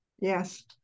Yes